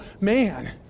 man